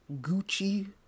Gucci